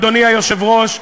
אדוני היושב-ראש,